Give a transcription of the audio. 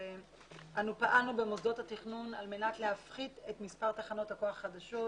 אנו פעלנו במוסדות התכנון על מנת להפחית את מספר תחנות הכוח החדשות,